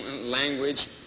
language